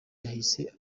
yahise